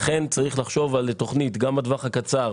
לכן צריך לחשוב על תוכנית גם בטווח הקצר,